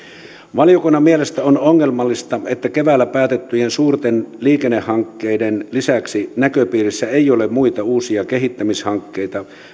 valiokunnan mielestä on ongelmallista että keväällä päätettyjen suurten liikennehankkeiden lisäksi näköpiirissä ei ole muita uusia kehittämishankkeita